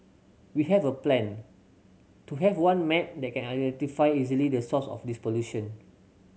we have a plan to have one map that can identify easily the source of this pollution